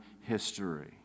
history